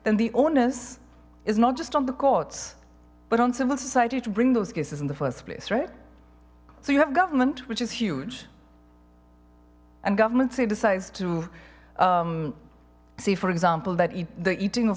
then the onus is not just on the courts but on civil society to bring those cases in the first place right so you have government which is huge and governments say decides to say for example that the eating of